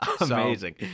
Amazing